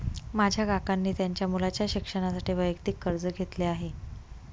माझ्या काकांनी त्यांच्या मुलाच्या शिक्षणासाठी वैयक्तिक कर्ज घेतले आहे